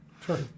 Sure